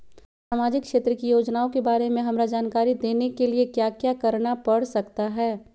सामाजिक क्षेत्र की योजनाओं के बारे में हमरा जानकारी देने के लिए क्या क्या करना पड़ सकता है?